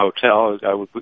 hotel